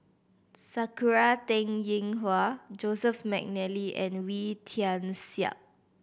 Sakura Teng Ying Hua Joseph McNally and Wee Tian Siak